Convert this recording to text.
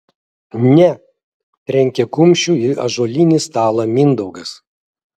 ne trenkė kumščiu į ąžuolinį stalą mindaugas